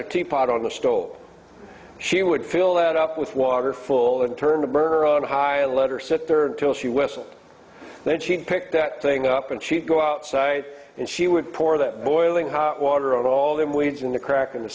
a teapot on the stole she would fill that up with water full and turn the burner on high alert or sit there until she wessel then she'd pick that thing up and she'd go outside and she would pour that boiling hot water on all them weeds in the crack in the